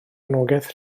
anogaeth